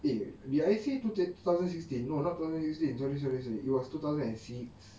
eh did I say two thousand sixteen no not two thousand sixteen sorry sorry sorry it was two thousand and six